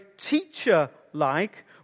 teacher-like